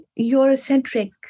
Eurocentric